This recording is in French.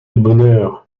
bonheur